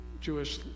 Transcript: Jewish